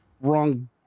wrong